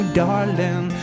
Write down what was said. darling